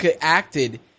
acted